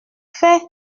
fait